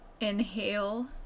inhale